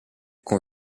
con